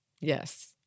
Yes